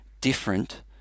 different